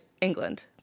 England